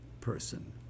person